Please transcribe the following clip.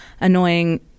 annoying